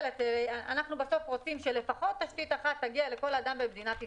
אנחנו בסוף רוצים שלפחות תשתית אחת תגיע לכל אדם במדינת ישראל,